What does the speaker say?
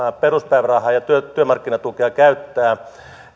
peruspäivärahaa ja työmarkkinatukea käyttää